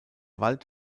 wald